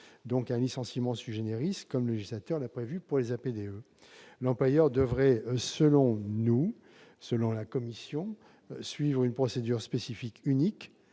donc un licenciement, comme le législateur l'a prévu pour les APDE. L'employeur devrait donc, selon la commission, suivre une procédure spécifique unique